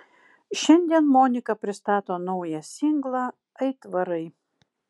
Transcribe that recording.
šiandien monika pristato naują singlą aitvarai